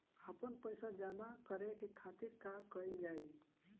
आपन पइसा जमा करे के खातिर का कइल जाइ?